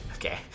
Okay